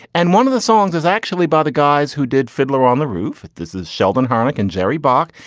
and one of the songs is actually by the guys who did fiddler on the roof. this is sheldon harnick and jerry bock.